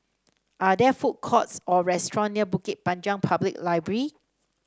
are there food courts or restaurants near Bukit Panjang Public Library